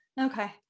Okay